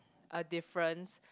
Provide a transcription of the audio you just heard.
a difference